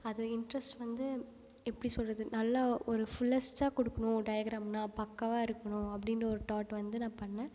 அது இண்ட்ரெஸ்ட் வந்து எப்படி சொல்லுறது நல்லா ஒரு ஃபுல்லெஸ்ட்டாக கொடுக்குணும் டையக்ராம்னா பக்காவாக இருக்கணும் அப்படின்னு ஒரு தாட் வந்து நான் பண்ணேன்